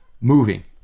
moving